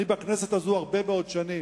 אני בכנסת הזאת הרבה מאוד שנים.